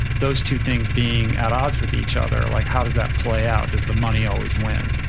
those two things being at odds with each other, like, how does that play out? is the money always win?